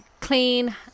clean